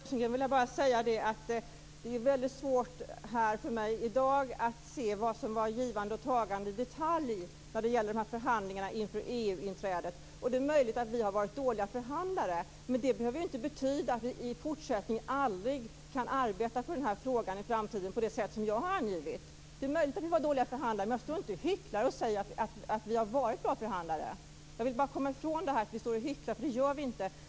Fru talman! Jag vill bara säga till Per Rosengren att det är väldigt svårt för mig att här i dag säga i detalj vad som var givande och tagande när det gällde förhandlingarna inför EU-inträdet. Det är möjligt att vi var dåliga förhandlare, men det behöver inte betyda att vi i fortsättningen aldrig kan arbeta för den här frågan i framtiden på det sätt som jag har angivit. Det är möjligt att vi var dåliga förhandlare, man jag står inte och hycklar och säger att vi har varit bra förhandlare. Jag vill komma ifrån detta att vi skulle stå och hyckla, därför att det gör vi inte.